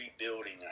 rebuilding